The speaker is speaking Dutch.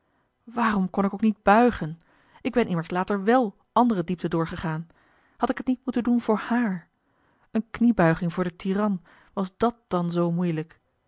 waarom kon ik ook niet buigen ik ben immers later wel andere diepten doorgegaan had ik het niet moeten doen voor haar eene kniebuiging voor den tiran was dat dan zoo moeielijk